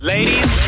Ladies